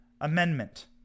Amendment